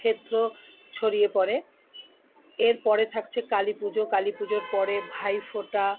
ক্ষেত্র ছড়িয়ে পড়ে এরপরে থাকছে কালী পুজো কালী পুজোর পরে ভাইফোঁটা